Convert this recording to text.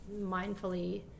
mindfully